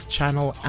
Channel